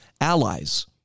allies